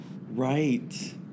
Right